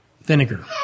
vinegar